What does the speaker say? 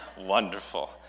wonderful